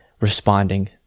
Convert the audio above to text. responding